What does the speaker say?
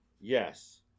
yes